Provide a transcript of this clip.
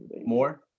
more